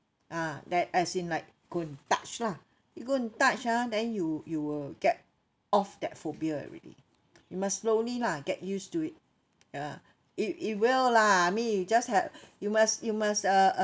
ah that as in like go and touch lah you go and touch ah then you you will get off that phobia already you must slowly lah get used to it ah it it will lah I mean you just have you must you must uh uh